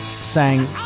Sang